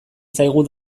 zaigu